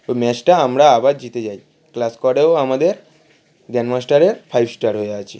ওই ম্যাচটা আমরা আবার জিতে যাই ক্লাস স্কোয়াডেও আমাদের গ্র্যান্ড মাস্টারের ফাইভ স্টার হয়ে আছে